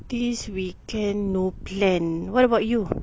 this weekend no plan what about you